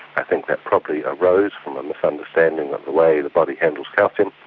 i think that probably arose from a misunderstanding of the way the body handles calcium.